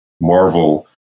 Marvel